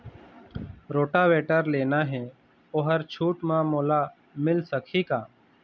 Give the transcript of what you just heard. Rotavator लेना हे ओहर छूट म मोला मिल सकही का?